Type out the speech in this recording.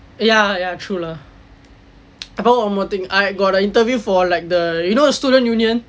ya ya true lah I forgot one more thing I got a interview for like the you know the student union